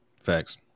Facts